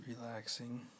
relaxing